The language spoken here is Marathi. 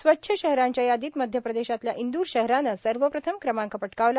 स्वच्छ शहरांच्या यादीत मध्यप्रदेशातल्या इंदूर शहरानं सर्वप्रथम क्रमांक पटकावला